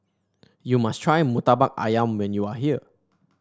you must try murtabak ayam when you are here